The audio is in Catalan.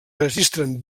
registren